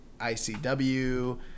ICW